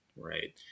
Right